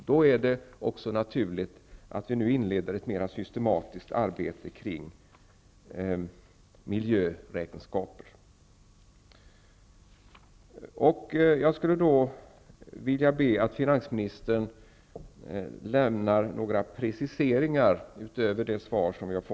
Mot den bakgrunden är det naturligt att vi nu inleder ett mer systematiskt arbete kring miljöräkenskaper. Jag skulle vilja be finansministern att utöver det svar vi har fått lämna några preciseringar.